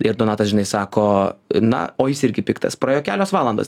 ir donatas žinai sako na o jis irgi piktas praėjo kelios valandos